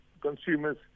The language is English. consumers